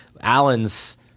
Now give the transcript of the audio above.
Allen's